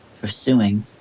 pursuing